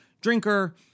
Drinker